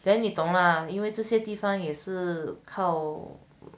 then 你懂吗因为这些地方也是靠